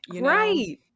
Right